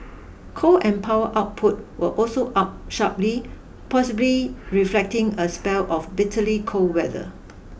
coal and power output were also up sharply possibly reflecting a spell of bitterly cold weather